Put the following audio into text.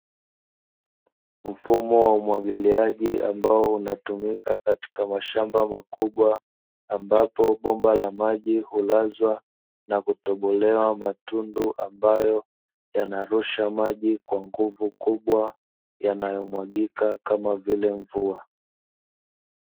Mfumo wa umwagiliaji ambao unatumika katika mashamba makubwa, ambapo bomba la maji hulazwa na kutoborewa matundu ambayo hurusha maji kwa nguvu kubwa, yanayomwagika kwa nguvu kubwa.